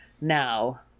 now